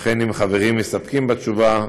לכן, אם החברים מסתפקים בתשובה,